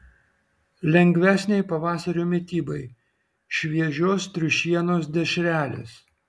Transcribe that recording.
lengvesnei pavasario mitybai šviežios triušienos dešrelės